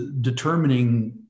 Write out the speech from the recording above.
determining